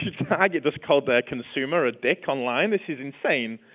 target just called their consumer a dick online this is insane.